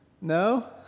No